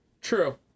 true